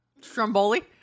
Stromboli